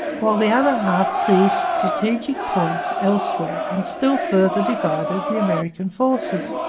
while the other half seized strategic points elsewhere and still further divided the american forces.